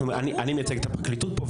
אני מייצג את הפרקליטות פה,